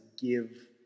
give